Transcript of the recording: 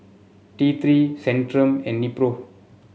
T Three Centrum and Nepro